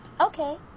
Okay